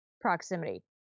proximity